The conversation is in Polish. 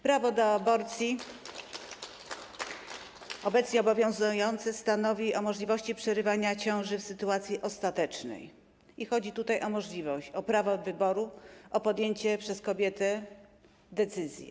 Prawo do aborcji, obecnie obowiązujące, stanowi o możliwości przerywania ciąży w sytuacji ostatecznej, chodzi tutaj o możliwość, o prawo wyboru, o podjęcie przez kobiety decyzji.